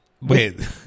Wait